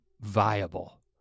viable